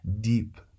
deep